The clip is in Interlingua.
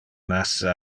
nasce